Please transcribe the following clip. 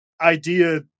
idea